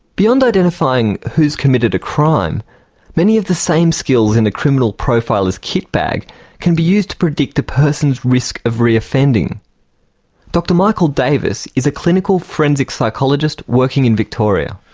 beyond identifying who's committed a crime many of the same skills in a criminal profiler's kitbag can be used to predict a person's risk of re-offending. dr michael davis is a clinical forensic psychologist working in victoria.